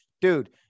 dude